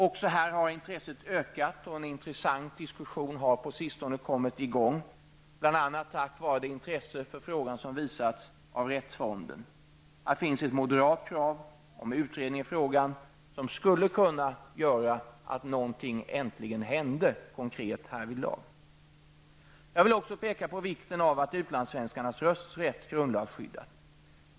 Också här har intresset ökat, och en intressant diskussion har på sistone kommit i gång, bl.a. tack vare det intresse för frågan som visats av rättsfonden. Här finns ett moderat krav om utredning i frågan, som skulle kunna göra att någonting äntligen hände konkret härvidlag. Jag vill också peka på vikten av att utlandssvenskarnas rösträtt grundlagsskyddas.